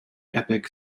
epic